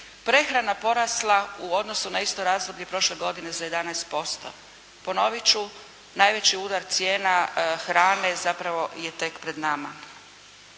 prehrana porasla u odnosu na isto razdoblje prošle godine za 11%. Ponovit ću najveći udar cijena zapravo je tek pred nama.